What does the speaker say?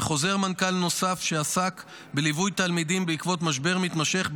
וחוזר מנכ"ל נוסף שעסק בליווי תלמידים בעקבות משבר מתמשך,